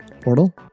Portal